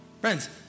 Friends